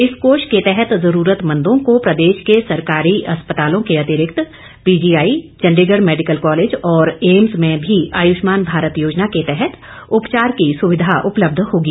इस कोष के तहत जरूरतमंदों को प्रदेश के सरकारी अस्पतालों के अतिरिक्त पीजीआई चण्डीगढ़ मैडिकल कॉलेज और ऐम्स में भी आयुषमान भारत योजना के तहत उपचार की सुविधा उपलब्ध होगी